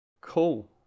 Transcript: Cool